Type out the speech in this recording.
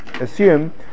assume